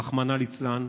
רחמנא לצלן,